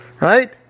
right